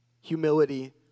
humility